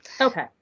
okay